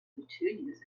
petunias